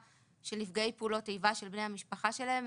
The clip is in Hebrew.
של נפגעי פעולות איבה של בני המשפחה שלהם,